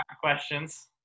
Questions